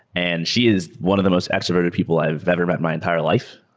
and she is one of the most extroverted people i've ever met my entire life.